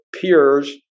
peers